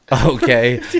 Okay